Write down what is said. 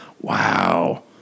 wow